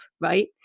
right